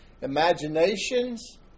Imaginations